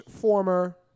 former –